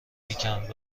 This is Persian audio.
میکند